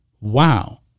Wow